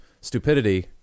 stupidity